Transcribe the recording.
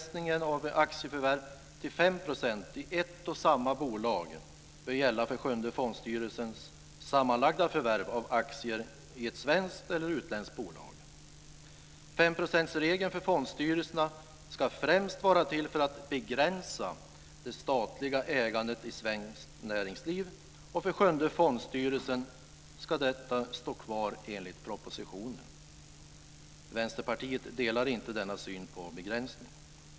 Sjunde fondstyrelsens sammanlagda förvärv av aktier i ett svenskt eller utländskt bolag. Femprocentsregeln för fondstyrelserna ska främst vara till för att begränsa det statliga ägandet i svenskt näringsliv, och för Vänsterpartiet delar inte denna syn på begränsning.